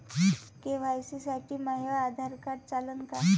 KYC साठी माह्य Aadhaar card चालन का?